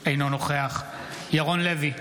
אינו נוכח ירון לוי,